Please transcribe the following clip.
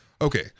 Okay